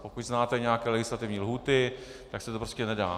Pokud znáte nějaké legislativní lhůty, tak se to prostě nedá.